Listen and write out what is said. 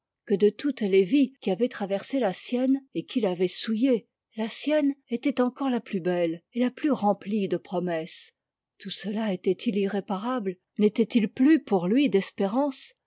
que de toutes les vies qui avaient traversé la sienne et qu'il avait souillées la sienne était encore la plus belle et la plus remplie de promesses tout cela était-il irréparable n'était-il plus pour lui d'espérance